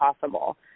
possible